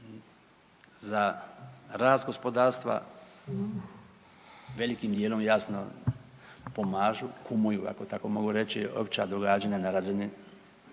za rast gospodarstva velikim dijelom jasno pomažu, kumuju ako tako mogu reći, opća događanja na razini